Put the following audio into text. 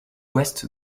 ouest